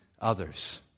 others